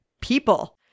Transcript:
people